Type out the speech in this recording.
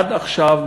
עד עכשיו,